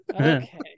Okay